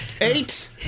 eight